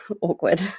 awkward